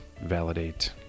validate